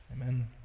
Amen